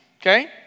okay